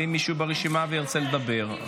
ואם מישהו ברשימה וירצה לדבר,